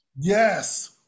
Yes